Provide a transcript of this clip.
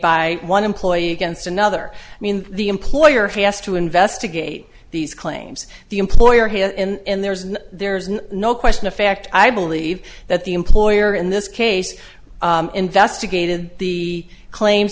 by one employee against another i mean the employer has to investigate these claims the employer here and there's no there's no no question of fact i believe that the employer in this case investigated the claims